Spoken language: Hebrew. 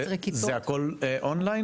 זה הכל אונליין?